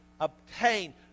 obtain